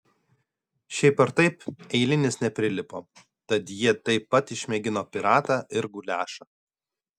šiaip ar taip eilinis neprilipo tad jie taip pat išmėgino piratą ir guliašą